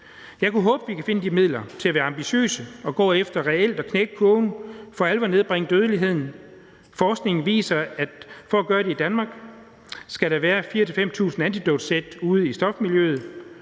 Jeg kunne håbe, at vi kan finde de midler til at være ambitiøse og gå efter reelt at knække kurven og for alvor nedbringe dødeligheden. Forskningen viser, at for at gøre det i Danmark skal der være 4.000-5.000 antidotsæt ude i stofmiljøet.